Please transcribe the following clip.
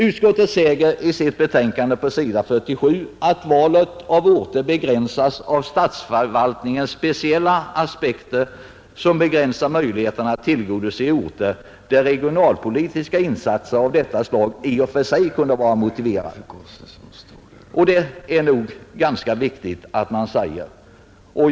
Utskottet säger på s. 47 i betänkandet att vid valet av orter måste ”beaktas vissa för statsförvaltningen speciella aspekter som begränsar möjligheterna att tillgodose orter där regionalpolitiska insatser av detta slag i och för sig kunde vara motiverade”. Det är nog ganska viktigt att man säger det.